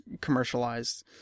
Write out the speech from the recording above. commercialized